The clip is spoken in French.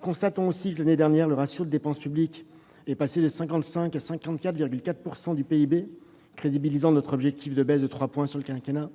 Constatons aussi que, l'année dernière, le ratio de dépenses publiques est passé de 55 % à 54,4 % du PIB, crédibilisant notre objectif de baisse de 3 points sur le quinquennat.